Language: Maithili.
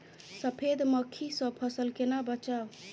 सफेद मक्खी सँ फसल केना बचाऊ?